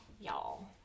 y'all